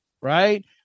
Right